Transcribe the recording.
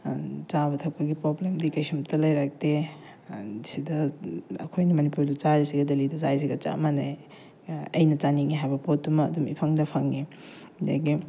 ꯆꯥꯕ ꯊꯛꯄꯒꯤ ꯄ꯭ꯔꯣꯕ꯭ꯂꯦꯝꯗꯤ ꯀꯩꯁꯨꯝꯇ ꯂꯩꯔꯛꯇꯦ ꯁꯤꯗ ꯑꯩꯈꯣꯏꯅ ꯃꯅꯤꯄꯨꯔꯗ ꯆꯥꯔꯤꯁꯒ ꯗꯦꯂꯤꯗ ꯆꯥꯔꯤꯁꯤꯒ ꯆꯞ ꯃꯥꯟꯅꯩ ꯑꯩꯅ ꯆꯥꯅꯤꯡꯉꯤ ꯍꯥꯏꯕ ꯄꯣꯠꯇꯨꯃ ꯑꯗꯨꯝ ꯏꯐꯪꯗ ꯐꯪꯉꯤ ꯑꯗꯒꯤ